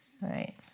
right